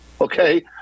Okay